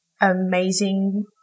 amazing